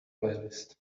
playlist